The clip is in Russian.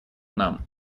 нам